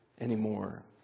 anymore